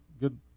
good